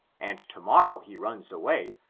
and to-morrow he runs away,